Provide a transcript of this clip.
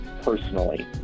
personally